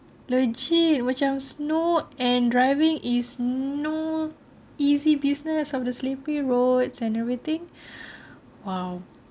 legit macam snow and driving is no easy business of the sleepy roads and everything !wow!